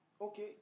Okay